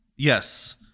Yes